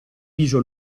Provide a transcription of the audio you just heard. viso